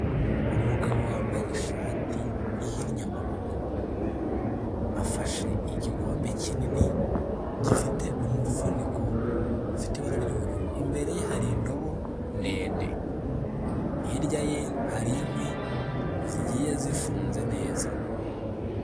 Umugabo wambaye ishati ihinnye amaboko, afashe igikombe kinini gifite umufuniko ufite ibara ry'ubururu, imbere ye hari indobo ndende hirya ye, hari inkwi zigiye zifunze neza.